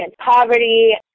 poverty